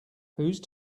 whose